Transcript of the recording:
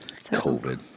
COVID